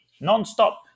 nonstop